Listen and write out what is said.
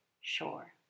sure